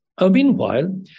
Meanwhile